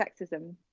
sexism